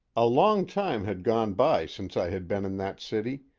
a long time had gone by since i had been in that city,